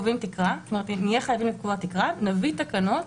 שנהיה חייבים לקבוע תקרה, נביא תקנות